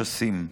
משסים.